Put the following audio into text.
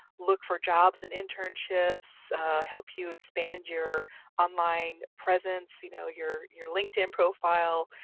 look for jobs and internships help you expand your online presence, you know, your your linkedin profile.